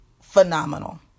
phenomenal